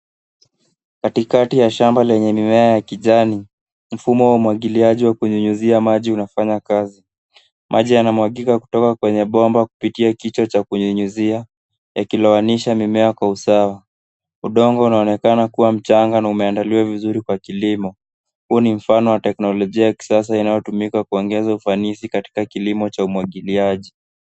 Katikati la shamba lenye mmea wa kijani mfumo wa umwagiliaji wa kukunyunyuzia maji unafanya kazi. Maji yanamwagika kutoka kwenye bomba kupitia kichwa cha kunyunyuzia yakilowanisha mimea kwa usawa. Undongo unaonekana kuwa mchanga na umeandaliwa vizuri kwa kilimo. Huo ni mfano wa teknolojia ya kisasa inayotumika kuongeza ufanisi katika kilimo cha umwagiliaji.